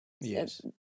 Yes